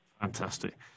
Fantastic